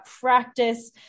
practice